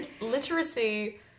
Literacy